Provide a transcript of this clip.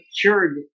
cured